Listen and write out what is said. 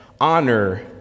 Honor